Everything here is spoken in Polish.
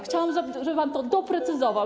Chciałabym, żeby pan to doprecyzował.